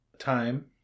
time